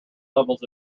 levels